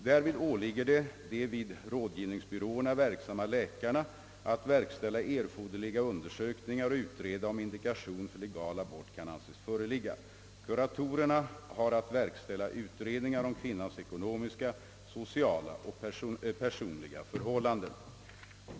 Därvid åligger det de vid rådgivningsbyråerna verksamma läkarna att verkställa erforderliga undersökningar och utreda om indikation för legal abort kan anses föreligga. Kuratorerna har att verkställa utredningar om kvinnans ekonomiska, sociala och personliga förhållanden.